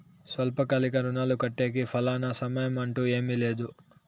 స్వల్పకాలిక రుణాలు కట్టేకి ఫలానా సమయం అంటూ ఏమీ లేదు